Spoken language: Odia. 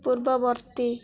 ପୂର୍ବବର୍ତ୍ତୀ